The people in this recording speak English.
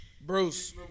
Bruce